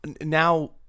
Now